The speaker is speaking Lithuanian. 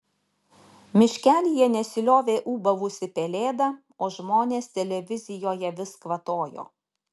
miškelyje nesiliovė ūbavusi pelėda o žmonės televizijoje vis kvatojo